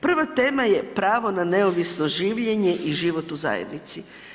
Prva tema je pravo na neovisno življenje i život u zajednici.